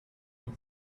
all